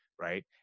right